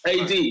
AD